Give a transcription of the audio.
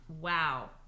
wow